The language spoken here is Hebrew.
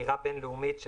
סקירה בין-לאומית,